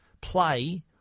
play